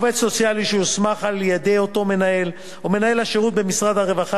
לעובד סוציאלי שהוסמך על-ידי אותו מנהל או למנהל השירות במשרד הרווחה